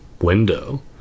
window